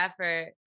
effort